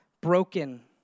Broken